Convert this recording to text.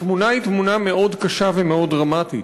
התמונה היא מאוד קשה ומאוד דרמטית.